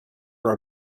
were